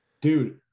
Dude